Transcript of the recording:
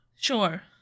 Sure